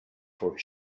for